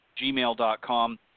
gmail.com